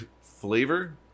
flavor